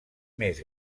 més